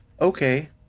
okay